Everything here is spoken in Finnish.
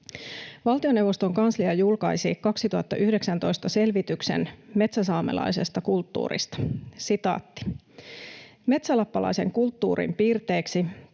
Valtioneuvoston kanslia julkaisi vuonna 2019 selvityksen metsäsaamelaisesta kulttuurista: ”Metsälappalaisen kulttuurin piirteeksi